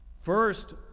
first